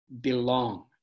belong